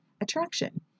attraction